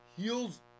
heels